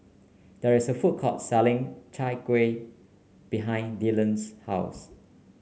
there is a food court selling Chai Kueh behind Dyllan's house